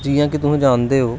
जियां कि तुस जानदे ओ